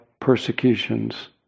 persecutions